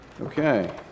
Okay